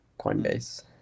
Coinbase